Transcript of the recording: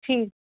ठीकु